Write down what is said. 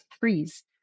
freeze